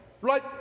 right